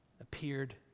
appeared